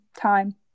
time